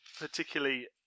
particularly